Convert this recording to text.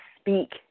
speak